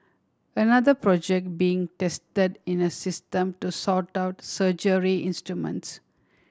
another project being tested is a system to sort out surgery instruments